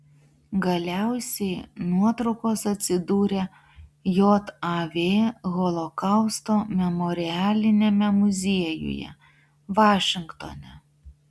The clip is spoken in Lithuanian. galiausiai nuotraukos atsidūrė jav holokausto memorialiniame muziejuje vašingtone